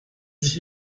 sich